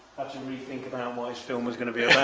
had to really think about um what his film is going to be